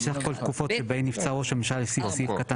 שסך כל התקופות שבהן נבצר ראש הממשלה לפי סעיף קטן